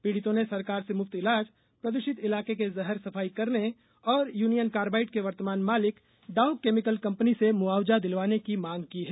पीड़ितों ने सरकार से मुफ्त इलाज प्रद्यित इलाके के जहर सफाई करने और यूनियन कार्बाइड के वर्तमान मालिक डाव केमिकल कंपनी से मुआवजा दिलवाने की मांग की है